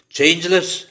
changeless